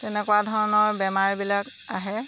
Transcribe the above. তেনেকুৱা ধৰণৰ বেমাৰবিলাক আহে